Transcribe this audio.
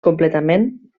completament